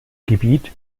gebiet